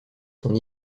son